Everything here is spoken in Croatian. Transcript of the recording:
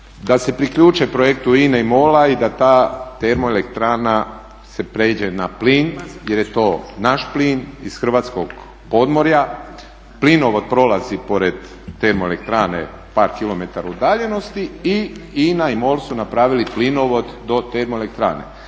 da se priključe projektu INA-e i MOL-a i da ta termoelektrana se pređe na plin, iz hrvatskog podmorja, plinovod prolazi pored termoelektrane par kilometara udaljenosti i INA i MOL su napravili plinovod do termoelektrane.